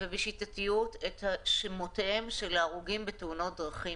ובשיטתיות את שמותיהם של הרוגי תאונות הדרכים.